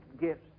gifts